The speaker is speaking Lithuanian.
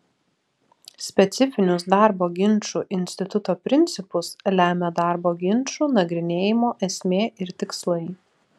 specifinius darbo ginčų instituto principus lemia darbo ginčų nagrinėjimo esmė ir tikslai